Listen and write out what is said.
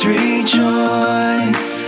rejoice